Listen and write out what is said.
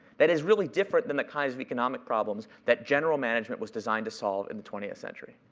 that is really different than the kinds of economic problems that general management was designed to solve in the twentieth century.